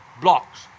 blocks